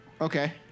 Okay